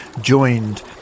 joined